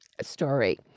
story